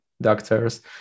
Doctors